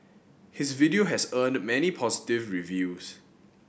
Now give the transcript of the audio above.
his video has earned many positive reviews